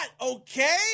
okay